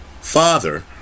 father